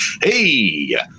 hey